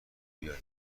بیارم